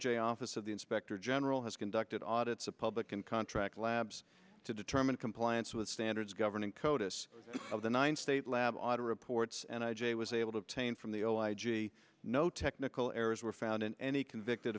j office of the inspector general has conducted audits of public and contract labs to determine compliance with standards governing codice of the nine state lab audit reports and i j was able to obtain from the old i g no technical errors were found in any convicted